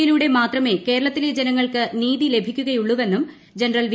യിലൂടെ മാത്രമേ കേരളത്തിലെ ജനങ്ങൾക്ക് നീതി ലഭിക്കുകയുള്ളൂവെന്നും ജനറൽ വി